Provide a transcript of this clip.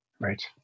Right